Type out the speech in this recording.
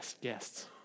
guests